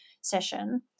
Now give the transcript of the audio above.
session